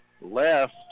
left